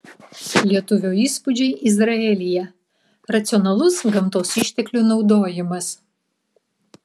lietuvio įspūdžiai izraelyje racionalus gamtos išteklių naudojimas